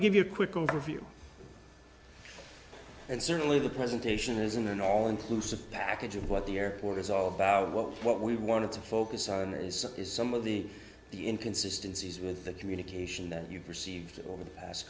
to give you a quick overview and certainly the presentation isn't an all inclusive package of what the airport is all about what we wanted to focus on is is some of the the inconsistency is with the communication that you've received over the past